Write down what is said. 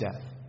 death